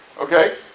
Okay